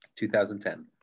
2010